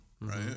right